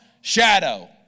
shadow